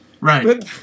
Right